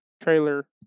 trailer